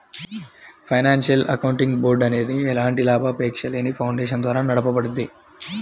financial accounting board అనేది ఎలాంటి లాభాపేక్షలేని ఫౌండేషన్ ద్వారా నడపబడుద్ది